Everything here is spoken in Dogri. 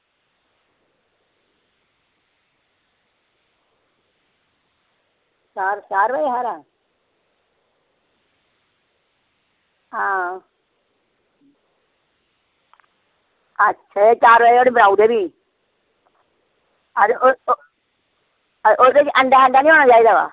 चार बजे हारे आं अच्छा एह् चार बजे धोड़ी बनाई ओड़ेओ भी ते ओह्दे ई अंडा निं होना चाहिदा बा